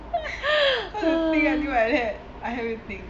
cause you think until like that I help you think